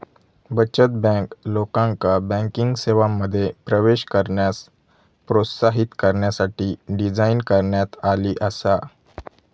बचत बँक, लोकांका बँकिंग सेवांमध्ये प्रवेश करण्यास प्रोत्साहित करण्यासाठी डिझाइन करण्यात आली आसा